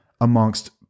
amongst